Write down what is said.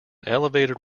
elevated